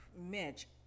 Mitch